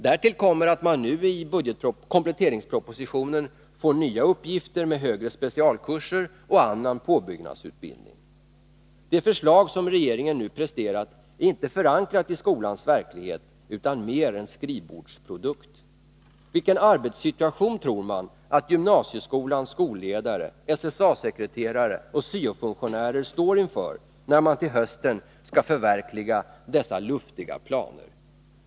Därtill kommer att man nu i kompletteringspropositionen får nya uppgifter med högre specialkurser och annan påbyggnadsutbildning. Det förslag som regeringen nu presterat är inte förankrat i skolans verklighet utan är mer en skrivbordsprodukt. Vilken arbetssituation tror man att gymnasieskolans skolledare, SSA-sekreterare och syofunktionärer står inför, när man till hösten skall förverkliga dessa luftiga planer?